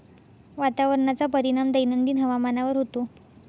वातावरणाचा परिणाम दैनंदिन हवामानावर होतो